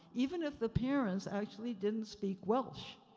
even if the parents actually didn't speak welsh.